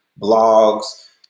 blogs